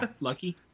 Lucky